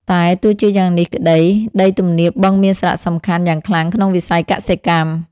តែទោះជាយ៉ាងនេះក្ដី ដីទំនាបបឹងមានសារៈសំខាន់យ៉ាងខ្លាំងក្នុងវិស័យកសិកម្ម។